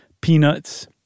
peanuts